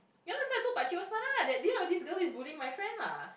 ya lor so I told Pakcik Osman lah that you know this girl is bullying my friend lah